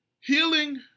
Healing